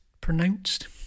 pronounced